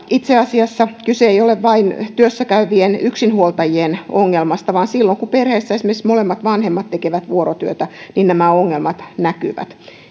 itse asiassa kyse ei ole vain työssä käyvien yksinhuoltajien ongelmasta vaan silloin kun perheessä esimerkiksi molemmat vanhemmat tekevät vuorotyötä nämä ongelmat näkyvät